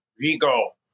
Vigo